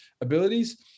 abilities